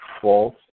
false